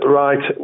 right